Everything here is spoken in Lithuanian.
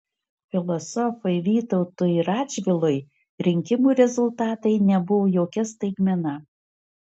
filosofui vytautui radžvilui rinkimų rezultatai nebuvo jokia staigmena